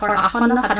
um hundred and